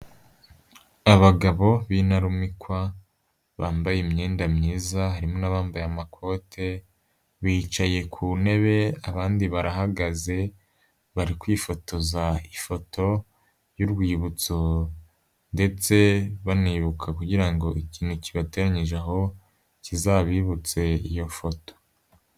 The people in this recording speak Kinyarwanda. Abagabo b'intarumikwa, bambaye imyenda myiza harimo n'abambaye amakote, bicaye ku ntebe abandi barahagaze, bari kwifotoza ifoto y'urwibutso ndetse banibuka kugira ngo ikintu kibateranyije aho kizabibutsa iyo foto.